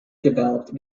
developed